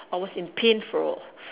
I was in pain for